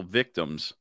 victims